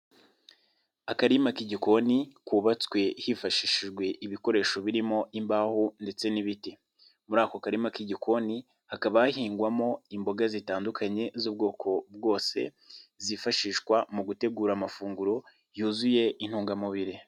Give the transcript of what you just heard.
Akarima k'igikoni kubabatswe hifashishijwe ibikoresho birimo imbaho ndetse n'ibiti. muri ako karima k'igikoni hakaba hahingwamo imboga zitandukanye z'ubwoko bwose, zifashishwa mu gutegura amafunguro yuzuye intungamubiri.